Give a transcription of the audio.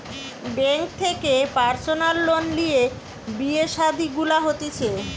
bank থেকে personal loan লিয়ে বিয়ে শাদী গুলা হতিছে